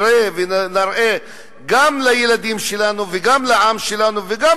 ונַראה גם לילדים שלנו וגם לעם שלנו וגם